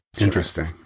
Interesting